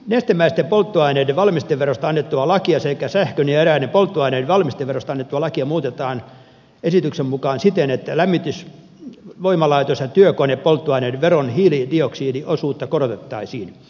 nestemäisten polttoaineiden valmisteverosta annettua lakia sekä sähkön ja eräiden polttoaineiden valmisteverosta annettua lakia muutetaan esityksen mukaan siten että lämmitys voimalaitos ja työkonepolttoaineiden veron hiilidioksidiosuutta korotettaisiin